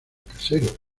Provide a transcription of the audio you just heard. caseros